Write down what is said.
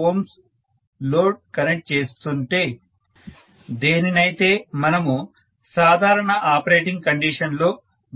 5Ω load connect చేస్తుంటే దేనినైతే మనము సాధారణ ఆపరేటింగ్ కండిషన్ లో